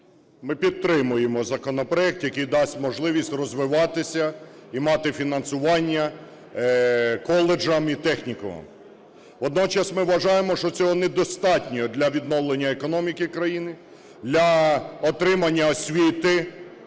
Ми підтримуємо законопроект, який дасть можливість розвиватися і мати фінансування коледжам і технікумам. Водночас ми вважаємо, що цього недостатньо для відновлення економіки країни, для отримання освіти